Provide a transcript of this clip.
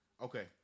Okay